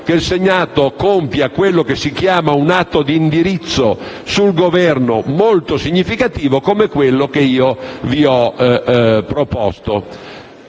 che il Senato compia quello che si chiama un atto di indirizzo sul Governo molto significativo, come quello che vi ho proposto.